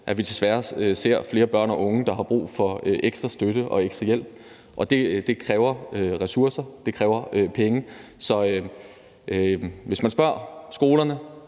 at vi desværre ser flere børn og unge, der har brug for ekstra støtte og ekstra hjælp, og det kræver ressourcer; det kræver penge. Så hvis man spørger skolerne,